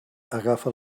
agafa